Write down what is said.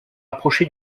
rapproché